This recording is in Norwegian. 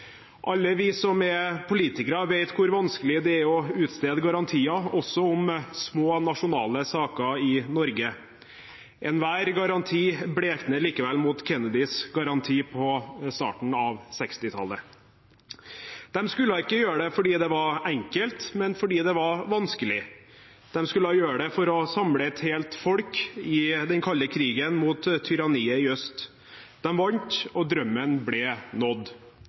Alle vi som er politikere, vet hvor vanskelig det er å utstede garantier, også om små nasjonale saker i Norge. Enhver garanti blekner likevel mot Kennedys garanti på starten av 1960-tallet. De skulle ikke gjøre det fordi det var enkelt, men fordi det var vanskelig. De skulle gjøre det for å samle et helt folk i den kalde krigen mot tyranniet i øst. De vant, og drømmen ble nådd.